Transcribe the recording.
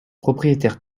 propriétaire